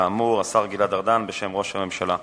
השר גלעד ארדן, בשם ראש הממשלה.